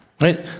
right